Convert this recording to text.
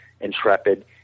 Intrepid